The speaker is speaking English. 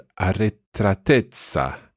arretratezza